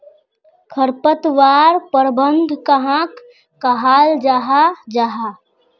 खरपतवार प्रबंधन कहाक कहाल जाहा जाहा?